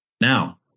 Now